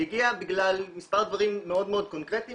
היא הגיעה בגלל מספר דברים מאוד קונקרטיים